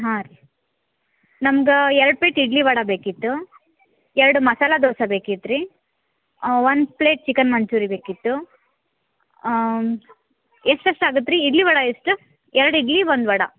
ಹಾಂ ರೀ ನಮ್ಗೆ ಎರ್ಡು ಪ್ಲೇಟ್ ಇಡ್ಲಿ ವಡಾ ಬೇಕಿತ್ತು ಎರ್ಡು ಮಸಾಲ ದೋಸೆ ಬೇಕಿತ್ತು ರೀ ಒನ್ ಪ್ಲೇಟ್ ಚಿಕನ್ ಮಂಚೂರಿ ಬೇಕಿತ್ತು ಎಷ್ಟು ಎಷ್ಟು ಆಗುತ್ತೆ ರೀ ಇಡ್ಲಿ ವಡೆ ಎಷ್ಟು ಎರಡು ಇಡ್ಲಿ ಒಂದು ವಡೆ